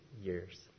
years